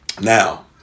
Now